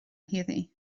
heddiw